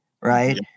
Right